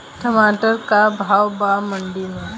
टमाटर का भाव बा मंडी मे?